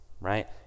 right